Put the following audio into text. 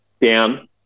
down